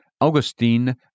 Augustine